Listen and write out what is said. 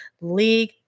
league